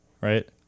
right